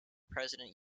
president